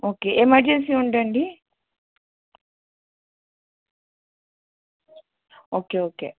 okay emergency ఉంటే అండి okay okay